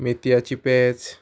मेत्यांची पेज